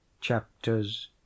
chapters